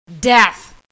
death